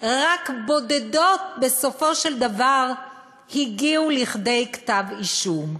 רק בודדות הגיעו בסופו של דבר לכדי כתב אישום.